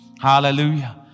Hallelujah